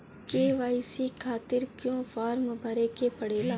KYC खातिर क्यूं form भरे के पड़ेला?